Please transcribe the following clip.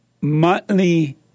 monthly